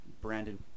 Brandon